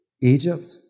Egypt